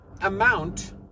amount